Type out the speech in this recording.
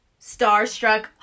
Starstruck